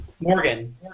Morgan